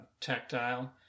tactile